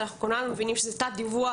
כולנו מבינים שזה תת-דיווח,